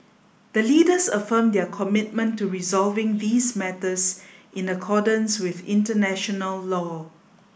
the Leaders affirmed their commitment to resolving these matters in accordance with international law